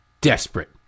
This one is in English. Desperate